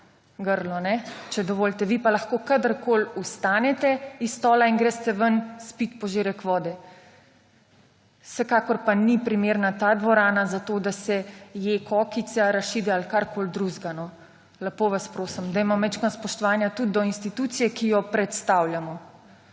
grlo, če dovolite. Vi pa lahko kadarkoli vstanete s stola in greste ven spit požirek vode. Vsekakor pa ni primerna ta dvorana za to, da se je kokice, arašide ali karkoli drugega. Lepo vas prosim, dajmo malo spoštovanja tudi do institucije, ki jo predstavljamo.